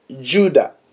Judah